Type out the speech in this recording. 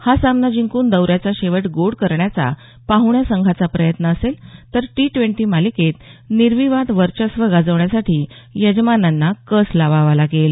हा सामना जिंकून दौऱ्याचा शेवट गोड करण्याचा पाहुण्या संघाचा प्रयत्न असेल तर टी ट्वेंटी मालिकेत निर्विवाद वर्चस्व गाजवण्यासाठी यजमानांना कस लावावा लागेल